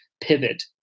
pivot